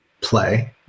play